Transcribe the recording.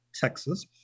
Texas